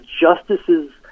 justices